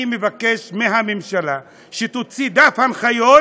אני מבקש מהממשלה שתוציא דף הנחיות